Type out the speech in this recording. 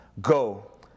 go